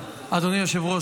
אדוני היושב-ראש,